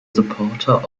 supporter